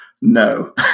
No